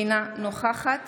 אינה נוכחת